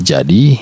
Jadi